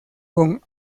con